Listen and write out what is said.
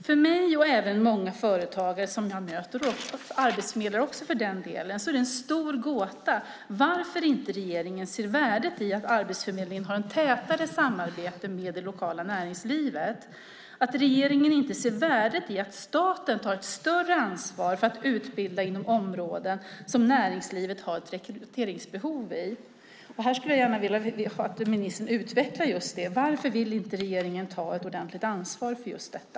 För mig och även många företagare som jag möter, och för den delen också arbetsförmedlare, är det en stor gåta varför regeringen inte ser värdet i att Arbetsförmedlingen har ett tätare samarbete med det lokala näringslivet, varför regeringen inte ser värdet i att staten tar ett större ansvar för att utbilda inom områden som näringslivet har ett rekryteringsbehov i. Jag skulle gärna vilja att ministern utvecklar just det: Varför vill inte regeringen ta ett ordentligt ansvar för just detta?